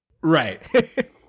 Right